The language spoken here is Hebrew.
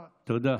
תודה.